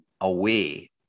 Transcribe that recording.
away